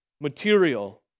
material